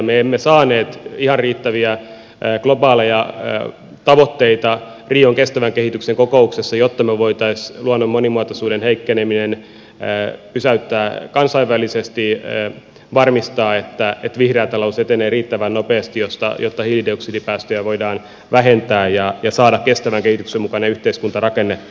me emme saaneet ihan riittäviä globaaleja tavoitteita rion kestävän kehityksen kokouksessa jotta me voisimme luonnon monimuotoisuuden heikkenemisen pysäyttää kansainvälisesti varmistaa että vihreä talous etenee riittävän nopeasti jotta hiilidioksidipäästöjä voidaan vähentää ja voidaan saada kestävän kehityksen mukainen yhteiskunta rakennettua